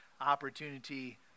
opportunity